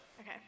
Okay